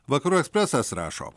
vakarų ekspresas rašo